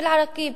באל-עראקיב.